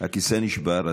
הכיסא נשבר,